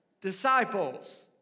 disciples